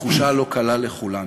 התחושה לא קלה לכולנו.